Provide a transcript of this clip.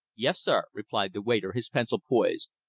yes, sir, replied the waiter, his pencil poised.